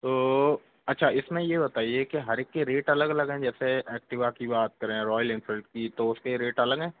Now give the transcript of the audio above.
तो अच्छा इसमें ये बताइए कि हर एक की रेट अलग अलग हैं जैसे ऐक्टिवा की बात करें रॉयल एनफ़ील्ड की तो उसके रेट अलग हैं